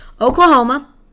Oklahoma